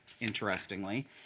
interestingly